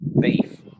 beef